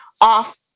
off